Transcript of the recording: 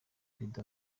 prezida